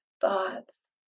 thoughts